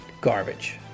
Garbage